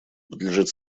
подлежит